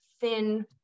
thin